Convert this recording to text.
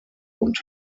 und